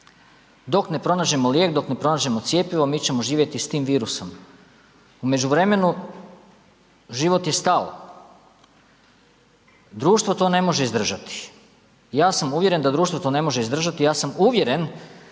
Dok ne pronađemo lijek, dok ne pronađemo cjepivo mi ćemo živjeti s tim virusom. U međuvremenu život je stao. Društvo to ne može izdržati. Ja sam uvjeren da društvo to ne može izdržati. Ja sam uvjeren